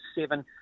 seven